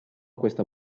questa